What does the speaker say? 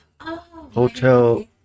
Hotel